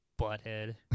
butthead